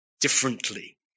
differently